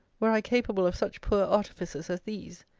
were i capable of such poor artifices as these.